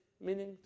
meaning